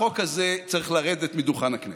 החוק הזה צריך לרדת משולחן הכנסת.